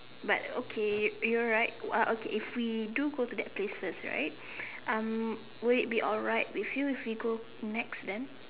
but okay you are right what okay if we do go to that place first right um will it be alright with you if we go Nex then